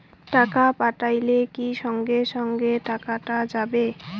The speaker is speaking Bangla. টাকা পাঠাইলে কি সঙ্গে সঙ্গে টাকাটা যাবে?